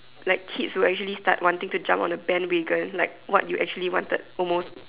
like kids will actually start wanting to jump on the bandwagon like what you actually wanted almost